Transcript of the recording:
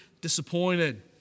disappointed